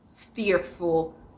fearful